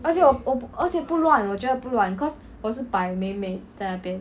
而且我而且不乱我觉得不乱 cause 我是摆美美在那边